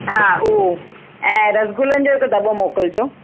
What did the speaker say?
हा उहो ऐं रसगुलनि जो हिकु दॿो मोकिलिजो